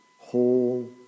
whole